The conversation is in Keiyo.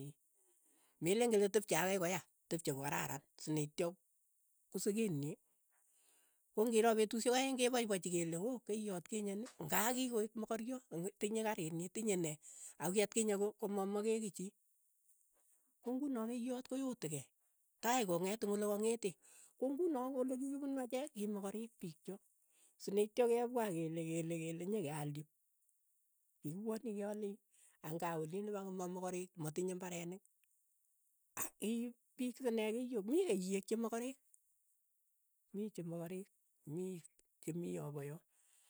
meleen kele tepche akai koya, tepche ko kararan, neityo kosikeet nyi kong'iroo petushek aeng' kepaipachi kele oo keiyot kinye ni, ng'a kikoeek mokorio, ng'otinye kariit nyi, tinye ne, ako ki atkinye ko- komamake kei chii, ko ng'uno keiyot koyotek kei, tai kong'et eng' olekang'etee, ko ng'uno ko ole kikipunu achek ki mokorek piik chok, sineityo kepwa kele kele kele nyekeaal yu, kikipwani keale yu, ang' kaa oliin ipak ko mamakereek ii, matinye mbarenik, aa ii piik sinee keiyo, mii keiyeek chemakarek, mii chemakarek, mi chemii ya pa yoo.